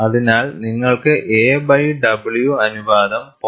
അതിനാൽ നിങ്ങൾക്ക് a by w അനുപാതം 0